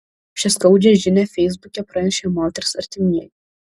šią skaudžią žinią feisbuke pranešė moters artimieji